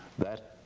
that,